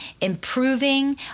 improving